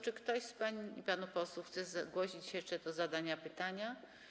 Czy ktoś z pań i panów posłów chce zgłosić się jeszcze do zadania pytania?